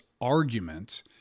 argument